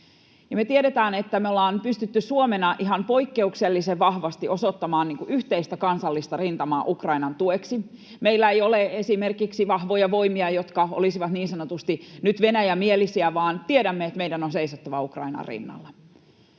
Me tiedetään, että me ollaan pystytty Suomena ihan poikkeuksellisen vahvasti osoittamaan yhteistä kansallista rintamaa Ukrainan tueksi. Meillä ei ole esimerkiksi vahvoja voimia, jotka olisivat nyt niin sanotusti Venäjä-mielisiä, vaan tiedämme, että meidän on seisottava Ukrainan rinnalla.